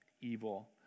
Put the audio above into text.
evil